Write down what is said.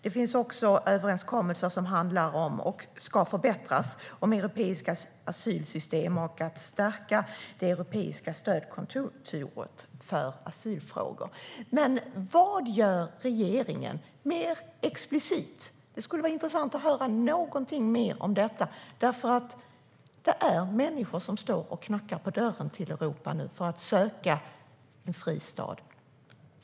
Det finns också överenskommelser som ska förbättras och som handlar om europeiska asylsystem och om att stärka Europeiska stödkontoret för asylfrågor. Men vad gör regeringen mer explicit? Det skulle vara intressant att höra mer om detta, för det är människor som står och knackar på dörren till Europa nu för att söka sig en fristad.